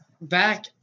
back